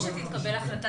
--- שתתקבל החלטה,